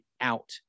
out